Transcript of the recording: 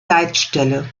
leitstelle